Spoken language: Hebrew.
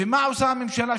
ומה עושה הממשלה?